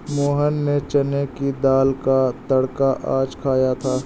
मोहन ने चने की दाल का तड़का आज खाया था